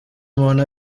umuntu